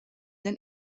den